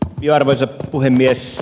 arvoisa puhemies